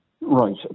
Right